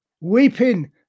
Weeping